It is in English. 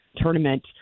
tournament